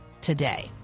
today